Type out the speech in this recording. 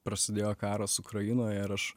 prasidėjo karas ukrainoje ir aš